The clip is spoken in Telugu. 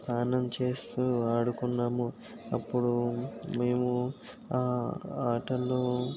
స్నానం చేస్తు ఆడుకున్నాము అప్పుడు మేము ఆ ఆటలలో